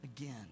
again